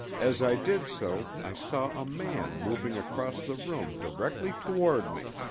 as i did so i saw a man moving across the room directly toward me!